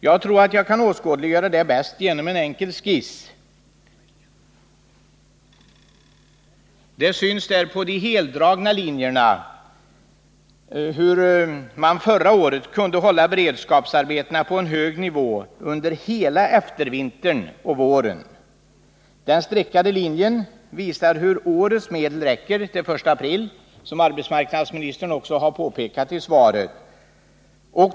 Jag tror att jag kan åskådliggöra detta bäst genom att visa en enkel skiss på kammarens bildskärm. Där syns hur man förra året kunde hålla antalet beredskapsarbeten på en hög nivå under hela eftervintern och våren. Av den streckade linjen på bilden framgår vidare att årets medel räcker till den 1 april, som arbetsmarknadsministern också har påpekat i svaret.